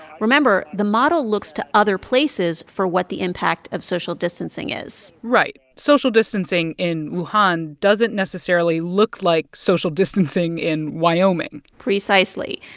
remember the model looks to other places for what the impact of social distancing is right. social distancing in wuhan doesn't necessarily look like social distancing in wyoming precisely.